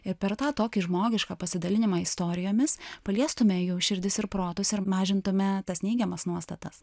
ir per tą tokį žmogišką pasidalinimą istorijomis paliestume jų širdis ir protus ir mažintumėme tas neigiamas nuostatas